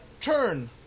Turn